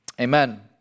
amen